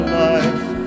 life